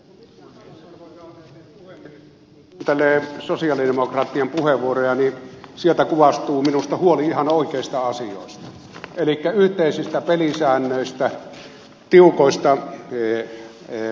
kun kuuntelee sosialidemokraattien puheenvuoroja niin sieltä kuvastuu minusta huoli ihan oikeista asioista elikkä yhteisistä pelisäännöistä tiukoista toimenpiteistä